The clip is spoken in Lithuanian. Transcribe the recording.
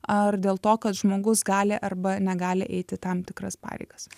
ar dėl to kad žmogus gali arba negali eiti tam tikras pareigas